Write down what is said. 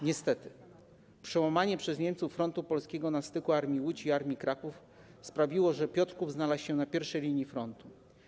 Niestety przełamanie przez Niemców frontu polskiego na styku Armii „Łódź” i Armii „Kraków” sprawiło, że Piotrków znalazł się na pierwszej linii frontu.